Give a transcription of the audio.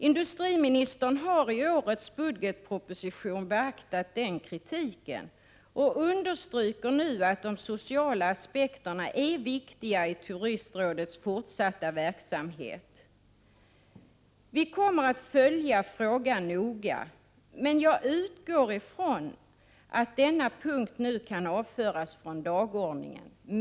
Industriministern har i årets budgetproposition beaktat denna kritik och understryker nu att de sociala aspekterna är viktiga i Turistrådets fortsatta verksamhet. Vi kommer att följa frågan noga, men jag utgår från att denna punkt nu kan avföras från dagordningen.